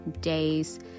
days